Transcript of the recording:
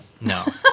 no